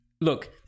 Look